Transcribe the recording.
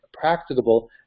practicable